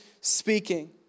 speaking